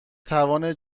توان